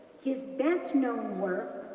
his best-known work,